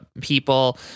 people